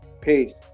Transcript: Peace